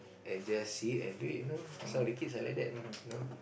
and just see it and do it you know some of the kids are like that you know